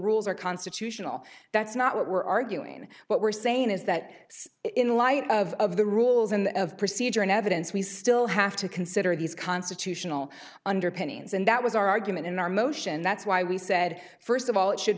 rules are constitutional that's not what we're arguing what we're saying is that in light of the rules and of procedure and evidence we still have to consider these constitutional underpinnings and that was our argument in our motion that's why we said first of all it should